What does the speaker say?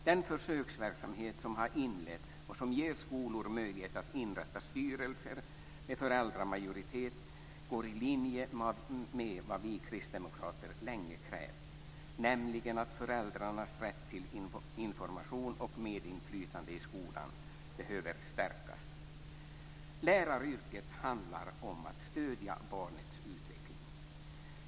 Den försöksverksamhet som har inletts och som ger skolor möjlighet att inrätta styrelser med föräldramajoritet går i linje med vad vi kristdemokrater länge krävt, nämligen att föräldrarnas rätt till information och medinflytande i skolan behöver stärkas. Läraryrket handlar om att stödja barnets utveckling.